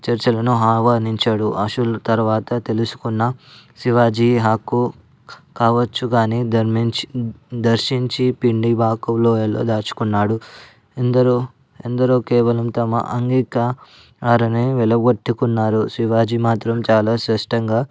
చర్చలను ఆహ్వానించాడు అశూల్ తర్వాత తెలుసుకున్న శివాజీ హక్కు కావచ్చు కానీ జన్మించి దర్శించి పిండి వాకువ లోయలో దాచుకున్నాడు ఎందరో ఎందరో కేవలం తమ అంగీకరణ వెల్లగక్కుకున్నారు శివాజీ మాత్రం చాలా స్పష్టంగా